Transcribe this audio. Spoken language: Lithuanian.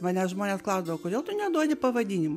manęs žmonės klausdavo kodėl tu neduodi pavadinimų